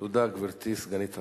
תודה, גברתי סגנית השר.